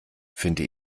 finde